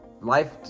Life